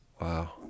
Wow